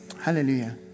Hallelujah